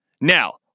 Now